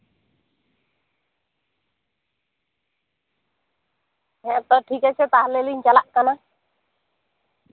ᱦᱮᱸ ᱛᱚ ᱴᱷᱤᱠ ᱟᱪᱷᱮ ᱛᱟᱦᱞᱮ ᱞᱤᱧ ᱪᱟᱞᱟᱜ ᱠᱟᱱᱟ